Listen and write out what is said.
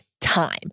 time